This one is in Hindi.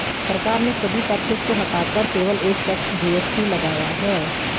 सरकार ने सभी टैक्सेस को हटाकर केवल एक टैक्स, जी.एस.टी लगाया है